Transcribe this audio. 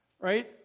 right